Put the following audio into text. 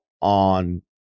on